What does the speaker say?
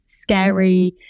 scary